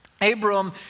Abram